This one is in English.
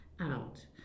out